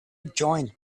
giant